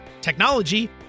technology